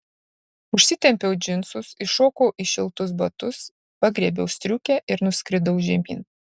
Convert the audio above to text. užsitempiau džinsus įšokau į šiltus batus pagriebiau striukę ir nuskridau žemyn